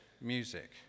music